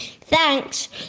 Thanks